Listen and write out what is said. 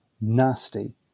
nasty